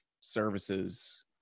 services